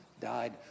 died